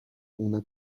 una